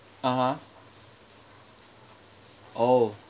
(uh huh) oh